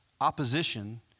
opposition